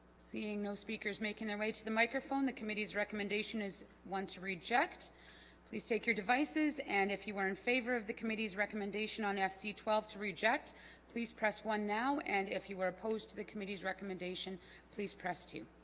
seeing no speakers making their way to the microphone the committee's recommendation is one to reject please take your devices and if you are in favor of the committee's recommendation on fc twelve to reject please press one now and if you were opposed to the committee's recommendation please press two